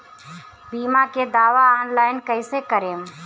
बीमा के दावा ऑनलाइन कैसे करेम?